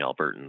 Albertans